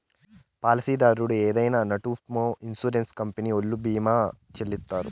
పాలసీదారు ఏదైనా నట్పూమొ ఇన్సూరెన్స్ కంపెనీ ఓల్లు భీమా చెల్లిత్తారు